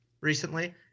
recently